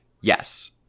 Yes